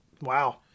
Wow